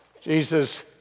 Jesus